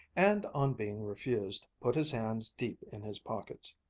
and on being refused, put his hands deep in his pockets.